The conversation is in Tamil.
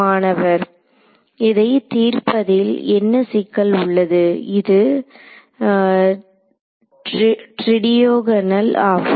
மாணவர் இதை தீர்ப்பதில் என்ன சிக்கல் உள்ளது இது ட்ரிடியகோனால் ஆகும்